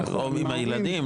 או עם הילדים,